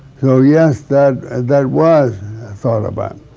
so, yes, that that was thought about.